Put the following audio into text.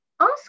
ask